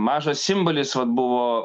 mažas simbolis vat buvo